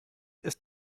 ist